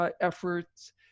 efforts